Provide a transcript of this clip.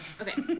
Okay